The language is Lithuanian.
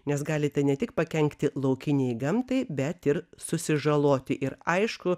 nes galite ne tik pakenkti laukinei gamtai bet ir susižaloti ir aišku